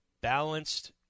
balanced